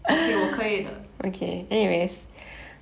okay 我可以的